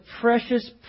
precious